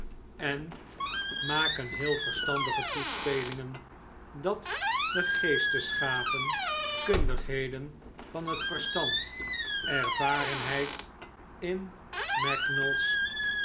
en maken heel verstandige toespelingen dat de geestesgaven kundigheden van het verstand ervarenheid in